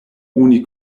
oni